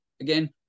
again